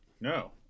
No